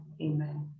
Amen